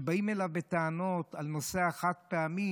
כשבאים אליו בטענות על נושא החד-פעמי,